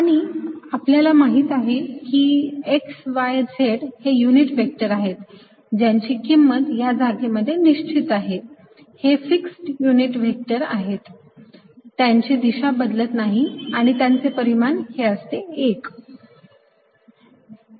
आणि आपल्याला माहीतच आहे की x y z हे युनिट व्हेक्टर आहेत ज्यांची किंमत या जागेमध्ये निश्चित आहे हे फिक्स्ड युनिट व्हेक्टर आहेत त्यांची दिशा बदलत नाही आणि त्यांचे परिमान हे असते 1